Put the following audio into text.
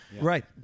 right